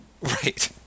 right